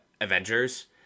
Avengers